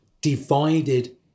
divided